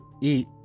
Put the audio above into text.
Eat